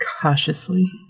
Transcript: cautiously